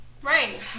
Right